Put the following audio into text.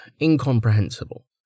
incomprehensible